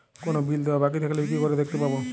কোনো বিল দেওয়া বাকী থাকলে কি করে দেখতে পাবো?